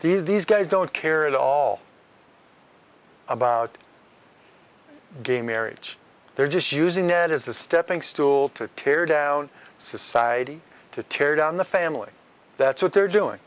family these guys don't care at all about gay marriage they're just using it as a stepping stone to tear down society to tear down the family that's what they're doing